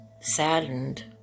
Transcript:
saddened